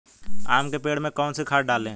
आम के पेड़ में कौन सी खाद डालें?